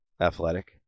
Athletic